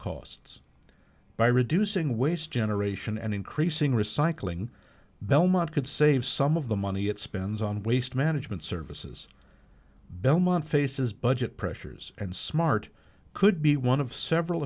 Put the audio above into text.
costs by reducing waste generation and increasing recycling belmont could save some of the money it spends on waste management services belmont faces budget pressures and smart could be one of several